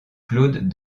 claude